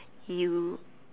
you